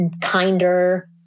kinder